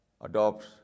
adopts